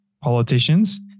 politicians